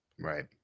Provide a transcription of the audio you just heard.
right